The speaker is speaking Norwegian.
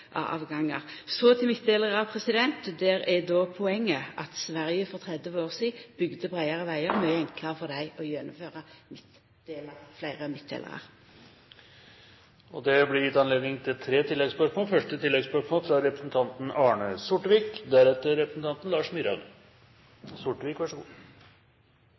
avgangar. Så til midtdelarar: Der er poenget at Sverige for 30 år sidan bygde breiare vegar, og det er mykje enklare for dei å gjennomføra utbygging av fleire midtdelarar. Det blir gitt anledning til tre oppfølgingsspørsmål – først representanten Arne Sortevik.